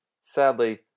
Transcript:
Sadly